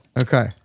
Okay